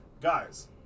Guys